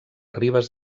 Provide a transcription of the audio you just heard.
ribes